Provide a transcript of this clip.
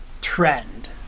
trend